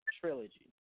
trilogy